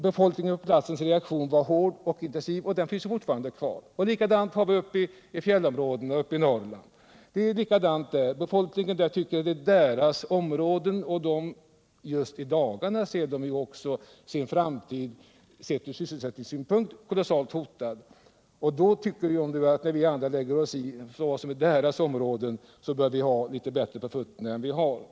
Befolkningens reaktion var som sagt hård och intensiv, och inställningen är fortfarande densamma. Samma sak gäller för fjällområdena uppe i Norrland. Befolkningen där betraktar dem som sina. Just i dagarna ser de dessutom sin framtid hotad från sysselsättningssynpunkt. De tycker då att om vi lägger oss i frågor som rör deras områden, då bör vi ha litet bättre på fötterna än vi har.